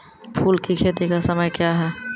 फुल की खेती का समय क्या हैं?